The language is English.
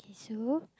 so